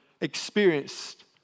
experienced